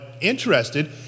interested